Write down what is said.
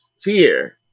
fear